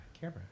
Camera